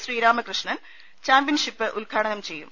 Sreeramakrishnan championship ഉദ്ഘാ ടനം ചെയ്യും